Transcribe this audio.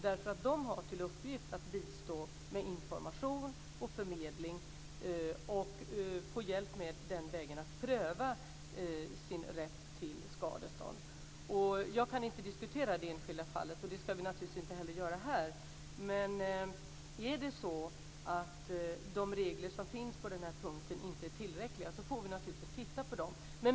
Där har man till uppgift att bistå med information och förmedling, och den vägen kan hon få hjälp att pröva sin rätt till skadestånd. Jag kan inte diskutera det enskilda fallet, och det ska vi naturligtvis inte heller göra här. Men om de regler som finns på den här punkten inte är tillräckliga får vi naturligtvis titta på dem.